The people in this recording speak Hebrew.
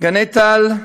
גני-טל,